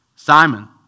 Simon